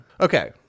Okay